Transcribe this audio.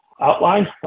outline